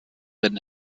den